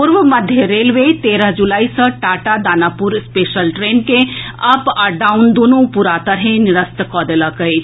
पूर्व मध्य रेलवे तेरह जुलाई सँ टाटा दानापुर स्पेशल ट्रेन के अप आ डाउन दुनू पूरा तरहें निरस्त कऽ देलक अछि